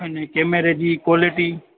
हिन कैमेरे जी क्वालिटी